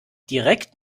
direkt